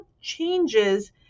changes